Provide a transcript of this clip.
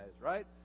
right